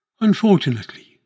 Unfortunately